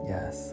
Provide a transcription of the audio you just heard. Yes